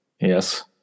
Yes